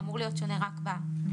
זה אמור להיות שונה רק בצורה,